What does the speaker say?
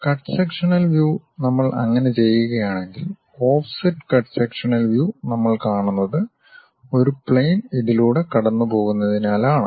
cut sectional view നമ്മൾ അങ്ങനെ ചെയ്യുകയാണെങ്കിൽ ഓഫ്സെറ്റ് കട്ട് സെക്ഷണൽ വ്യൂ നമ്മൾ കാണുന്നത് ഒരു പ്ലെയിൻ ഇതിലൂടെ കടന്നുപോകുന്നതിനാലാണ്